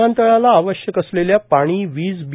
विमानतळाला आवश्यक असलेल्या पाणी वीज बी